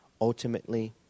ultimately